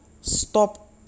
stop